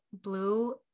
blue